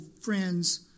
friends